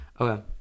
Okay